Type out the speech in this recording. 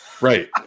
Right